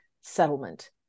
settlement